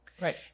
Right